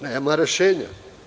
Nema rešenja.